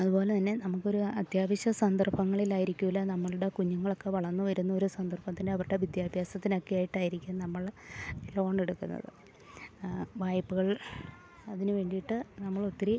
അതു പോലെ തന്നെ നമുക്കൊരു അത്യാവശ്യ സന്ദർഭങ്ങളിലായിരിക്കില്ല നമ്മളുടെ കുഞ്ഞുങ്ങളൊക്കെ വളർന്നു വരുന്നൊരു സന്ദർഭത്തിനവരുടെ വിദ്യാഭ്യാസത്തിനൊക്കെ ആയിട്ടായിരിക്കും നമ്മൾ ലോൺ എടുക്കുന്നത് വായ്പകൾ അതിനു വേണ്ടിയിട്ട് നമ്മളൊത്തിരി